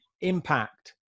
impact